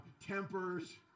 tempers